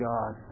God